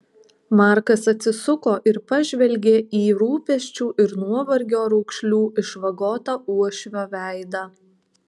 markas atsisuko ir pažvelgė į rūpesčių ir nuovargio raukšlių išvagotą uošvio veidą